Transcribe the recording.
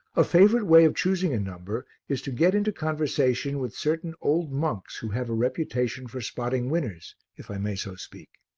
a favourite way of choosing a number is to get into conversation with certain old monks who have a reputation for spotting winners, if i may so speak.